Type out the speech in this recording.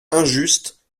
injuste